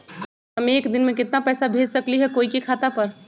हम एक दिन में केतना पैसा भेज सकली ह कोई के खाता पर?